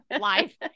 life